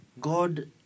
God